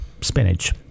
spinach